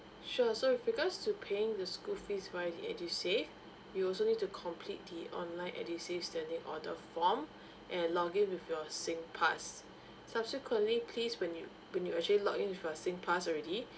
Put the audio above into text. sure so with regards to paying the school fees via the edusave you also need to complete the online edusave standing order form and login with your singpass subsequently please when you when you actually login with your singpass already